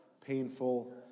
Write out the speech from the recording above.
painful